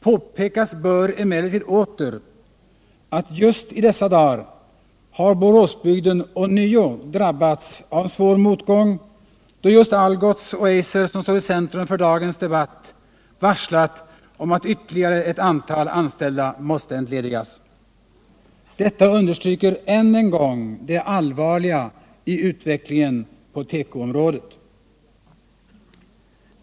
Påpekas bör emellertid åter att just i dessa dagar har Boråsbygden ånyo drabbats av en svår motgång, då både Algots och Eiser, som står i centrum för dagens debatt, varslat om att ytterligare ett antal anställda måste entledigas. Detta understryker än en gång det allvarliga i utvecklingen på tekoområdet.